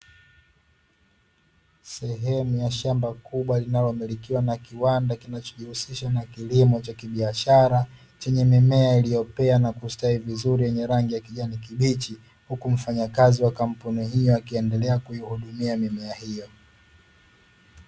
Sehemu ya shamba kubwa, linalomilikiwa na kiwanda kinachojihusisha na kilimo cha kibiashara, chenye mimea iliyomea na kusitawi vizuri yenye rangi ya kijani kibichi, huku mfanyakazi wa kampuni hii akiendelea kuihudumia mimea hiyo.